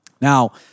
Now